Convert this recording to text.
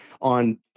on